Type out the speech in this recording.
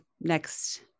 next